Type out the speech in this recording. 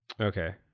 Okay